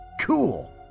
Cool